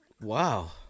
Wow